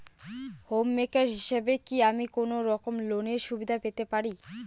Home maker হিসেবে কি আমি কোনো রকম লোনের সুবিধা পেতে পারি?